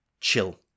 chill